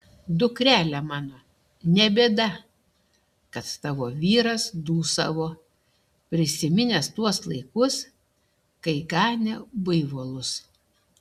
dukrele mano ne bėda kad tavo vyras dūsavo prisiminęs tuos laikus kai ganė buivolus